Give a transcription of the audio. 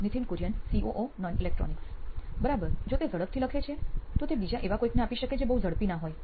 Nithin Kurian COO નોઇન electronics બરાબર જો તે ઝડપથી લખે છે તો તે બીજા એવા કોઈને આપી શકે છે જે બહુ ઝડપી ના હોય